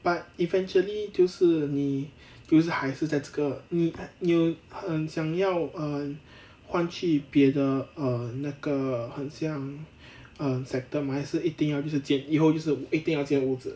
but eventually 就是你比如说还是在这个你你有很想要 err 换去别的 err 那个很像那个 err sector mah 还是一定要就是建以后一定要就是建屋子